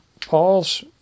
Paul's